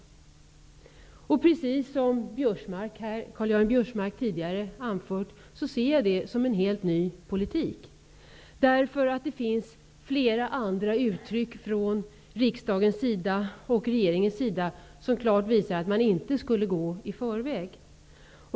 Precis som Karl-Göran Biörsmark tidigare har anfört, ser jag detta som en helt ny politik. Det finns flera andra uttryck från riksdagens och regeringens sida som klart visar att man inte skall gå i förväg.